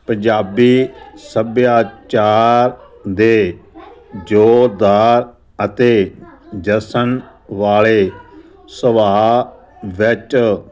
ਪੰਜਾਬੀ ਸੱਭਿਆਚਾਰ ਦੇ ਜ਼ੋਰਦਾਰ ਅਤੇ ਜਸ਼ਨ ਵਾਲੇ ਸੁਭਾਅ ਵਿੱਚ